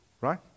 right